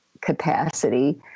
capacity